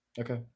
okay